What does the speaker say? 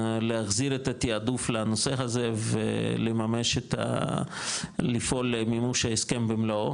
להחזיר את התיעדוף לנושא הזה ולפעול למימוש ההסכם במלואו